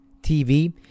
TV